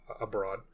abroad